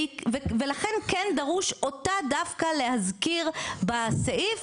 ולכן כן דרוש אותה דווקא להזכיר בסעיף,